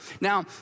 Now